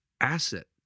asset